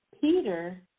Peter